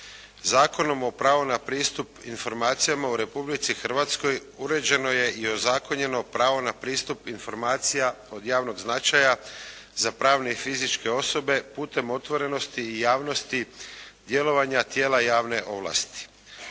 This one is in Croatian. Zakonom o pravu na pristup informacijama u Republici Hrvatskoj uređeno je i ozakonjeno pravo na pristup informacija od javnog značaja za pravne i fizičke osobe putem otvorenosti i javnosti djelovanja tijela javne ovlasti.